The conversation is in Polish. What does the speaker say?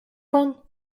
pan